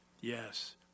yes